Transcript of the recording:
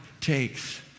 takes